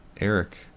Eric